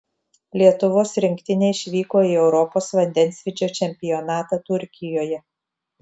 lietuvos rinktinė išvyko į europos vandensvydžio čempionatą turkijoje